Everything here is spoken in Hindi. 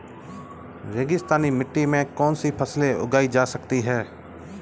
रेगिस्तानी मिट्टी में कौनसी फसलें उगाई जा सकती हैं?